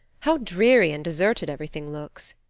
how dreary and deserted everything looks!